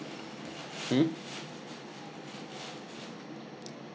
hmm